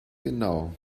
genau